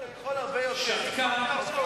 שתקה.